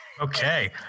Okay